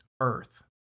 Earth